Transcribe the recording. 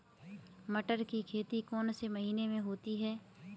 मटर की खेती कौन से महीने में होती है?